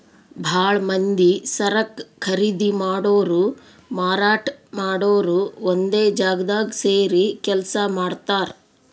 ಭಾಳ್ ಮಂದಿ ಸರಕ್ ಖರೀದಿ ಮಾಡೋರು ಮಾರಾಟ್ ಮಾಡೋರು ಒಂದೇ ಜಾಗ್ದಾಗ್ ಸೇರಿ ಕೆಲ್ಸ ಮಾಡ್ತಾರ್